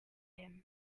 him